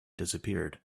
disappeared